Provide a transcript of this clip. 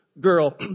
girl